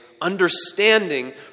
understanding